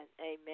amen